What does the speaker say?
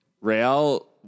Real